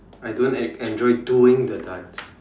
I don't en~ enjoy doing the dance